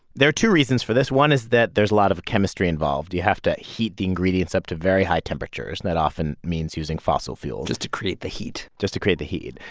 there are two reasons for this. one is that there's a lot of chemistry involved. you have to heat the ingredients up to very high temperatures, and that often means using fossil fuels. just to create the heat. just to create the heat.